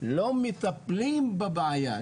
לא מטפלים בבעיה,